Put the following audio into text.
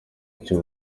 icyo